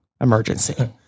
emergency